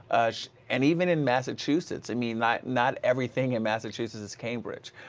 and even in massachusetts, i mean like not everything in massachusetts is cambridge.